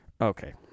Okay